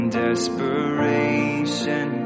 desperation